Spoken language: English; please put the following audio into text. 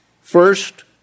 first